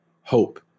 hope